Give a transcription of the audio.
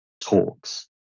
talks